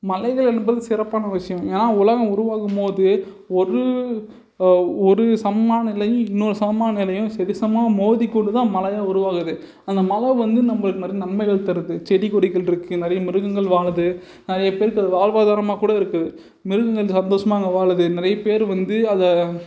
மலைகள் என்பது சிறப்பான ஒரு விஷயம் ஏன்னா உலகம் உருவாகும் போது ஒரு ஒரு சமமான நிலையும் இன்னொரு சமமான நிலையும் சரி சமமான மோதிக் கொண்டு தான் மலையே உருவாகுது அந்த மலை வந்து நம்மளுக்கு நிறைய நன்மைகள் தருது செடிக்கொடிகள் இருக்குது நிறைய மிருகங்கள் வாழுது நிறையப் பேருக்கு அது வாழ்வாதாரமாக கூட இருக்குது மிருகங்கள் சந்தோசமாக அங்கே வாழுது நிறையப் பேர் வந்து அதை